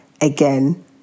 again